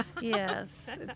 Yes